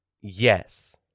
Yes